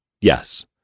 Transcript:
yes